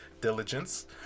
diligence